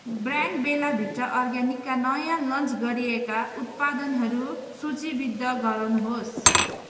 brand Bella Vita अर्ग्यानिकका नयाँ launch गरिएका उत्पादनहरू सूचीबद्ध गर्नुहोस्